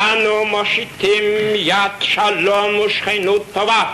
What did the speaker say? "אנו מושיטים יד שלום ושכנות טובה